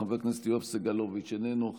חבר הכנסת יואב סגלוביץ' איננו,